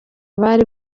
bari